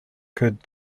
could